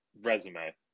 resume